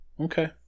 Okay